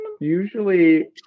usually